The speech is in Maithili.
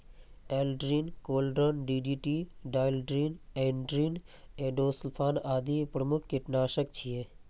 Aldrin, chlordane, DDT, dieldrin, endrin, endosulfan आदि प्रमुख कीटनाशक छियै